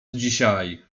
dzisiaj